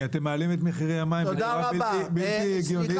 כי אתם מעלים את מחירי המים בצורה בלתי הגיונית